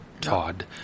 todd